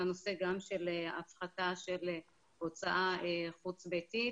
הנושא גם של הפחתה של הוצאה חוץ ביתית